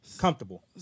Comfortable